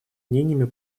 мнениями